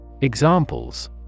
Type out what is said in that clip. Examples